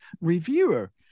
reviewer